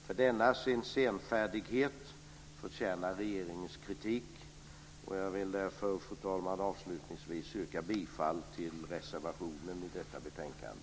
För denna sin senfärdighet förtjänar regeringen kritik. Avslutningsvis yrkar jag bifall till reservationen i detta betänkande.